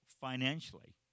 financially